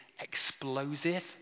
explosive